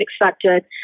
expected